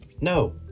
No